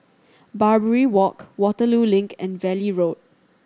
Barbary Walk Waterloo Link and Valley Road